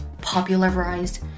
popularized